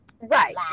Right